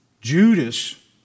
Judas